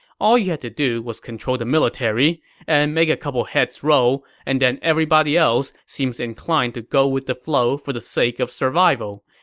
all you had to do was control the military and make a couple heads roll, and everybody else seems inclined to go with the flow for the sake of survival,